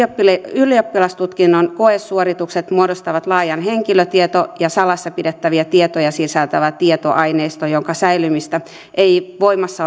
ylioppilastutkinnon koesuoritukset muodostavat laajan henkilötietoja ja salassa pidettäviä tietoja sisältävän tietoaineiston jonka säilymistä ei voimassa